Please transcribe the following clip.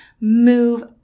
move